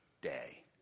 day